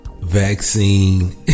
Vaccine